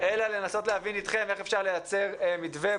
אלא לנסות להבין אתכם איך אפשר לייצר מתווה.